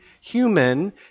human